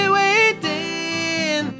waiting